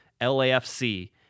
LAFC